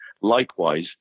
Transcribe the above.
Likewise